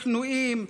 כנועים,